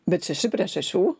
bet šeši prie šešių